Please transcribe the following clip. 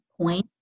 point